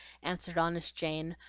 answered honest jane,